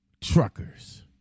truckers